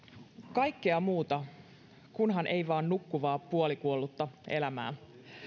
kaikkea muuta kunhan ei vaan nukkuvaa puolikuollutta elämää